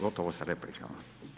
Gotovo sa replikama.